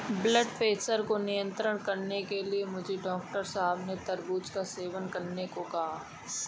blood pressure को नियंत्रित करने हेतु मुझे डॉक्टर साहब ने तरबूज का सेवन करने को कहा है